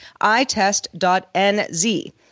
iTest.NZ